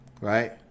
right